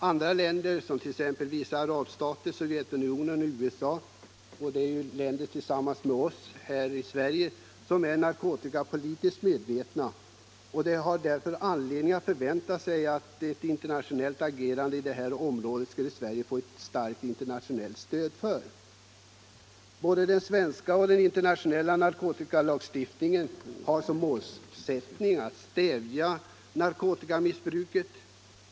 Andra länder, t.ex. vissa arabstater, Sovjetunionen och USA, är liksom Sverige starkt narkotikapolitiskt medvetna, och för ett internationellt agerande på det här området skulle Sverige få ett starkt internationellt stöd. Både den svenska och den internationella narkotikalagstiftningen har som målsättning att stävja narkotikamissbruket.